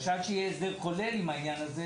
שעד שיהיה הסדר כולל בעניין הזה